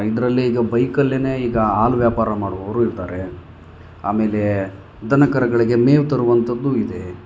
ಇದರಲ್ಲಿ ಈಗ ಬೈಕಲ್ಲೆ ಈಗ ಹಾಲು ವ್ಯಾಪಾರ ಮಾಡುವವರು ಇದ್ದಾರೆ ಆಮೇಲೆ ದನಕರುಗಳಿಗೆ ಮೇವು ತರುವಂಥದ್ದು ಇದೆ